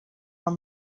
were